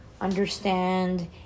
understand